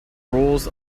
rules